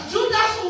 Judas